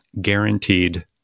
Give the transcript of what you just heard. guaranteed